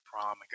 prom